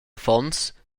affons